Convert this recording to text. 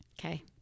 Okay